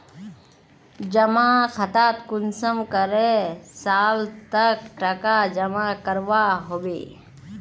जमा खातात कुंसम करे साल तक टका जमा करवा होबे?